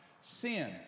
sin